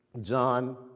John